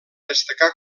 destacà